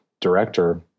director